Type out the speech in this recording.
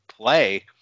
play